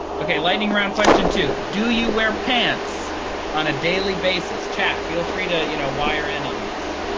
ok, lightning round, question two. do you wear pants on a daily basis? chat, feel free to you know wire in on this.